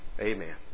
Amen